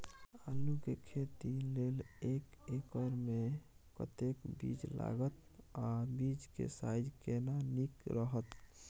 आलू के खेती लेल एक एकर मे कतेक बीज लागत आ बीज के साइज केना नीक रहत?